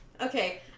Okay